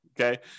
Okay